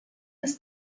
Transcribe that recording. ist